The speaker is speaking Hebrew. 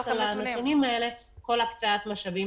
על הנתונים האלה כל הקצאת המשאבים